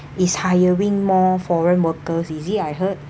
is hiring more foreign workers is it I heard